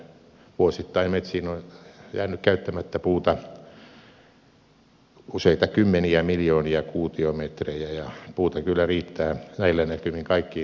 vuosittain metsiin on jäänyt käyttämättä puuta useita kymmeniä miljoonia kuutiometrejä ja puuta kyllä riittää näillä näkymin kaikkiin tarpeisiin